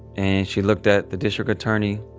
and she looked at the district attorney.